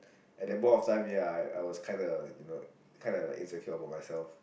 at that point of time ya I I was kinda you know kinda like insecure about myself